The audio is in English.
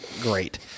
great